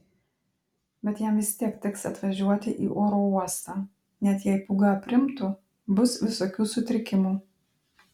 bet jam vis tiek teks atvažiuoti į oro uostą net jei pūga aprimtų bus visokių sutrikimų